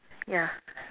yeah